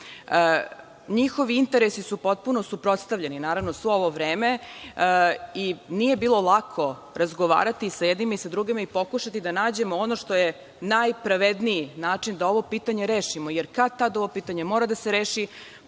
Njihovi interesi su potpuno suprotstavljeni, naravno svo ovo vreme i nije bilo lako razgovarati sa jednima i sa drugima, i pokušati da nađemo ono što je najpravedniji način da ovo pitanje rešimo, jer kad tad, ovo pitanje mora da se reši.